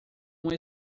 uma